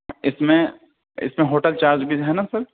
اس میں اس میں ہوٹل چارج بھی ہے نا سر